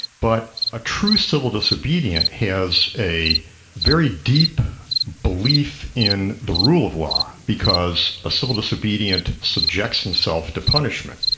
but a true civil disobedient has a very deep belief in the rule of law, because a civil disobedient subjects himself to punishment,